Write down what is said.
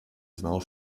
знал